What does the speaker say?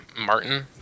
Martin